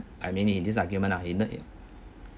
I mean in this argument uh in